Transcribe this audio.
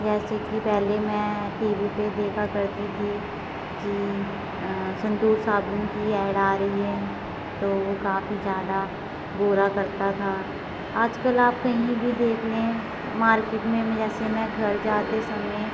जैसे कि पहले मैं टी वी पे देखा करती थी कि संतूर साबुन की एड आ रही है तो वो काफ़ी ज़्यादा गोरा करता था आजकल आप कहीं भी देख लें मार्केट में जैसे मैं घर जाते समय